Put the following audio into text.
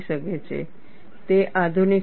એ આધુનિક સમજ છે